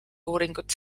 uuringut